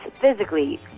physically